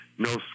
No